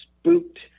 spooked